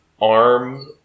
arm